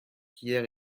qu’hier